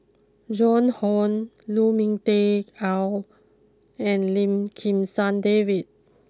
Joan Hon Lu Ming Teh Earl and Lim Kim San David